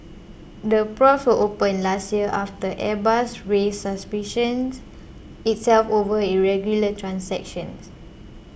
the probes were opened last year after Airbus raised suspicions itself over irregular transactions